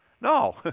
No